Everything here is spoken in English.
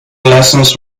lessons